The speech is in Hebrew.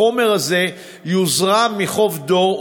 החומר הזה יוזרם מחוף דור,